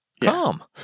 Come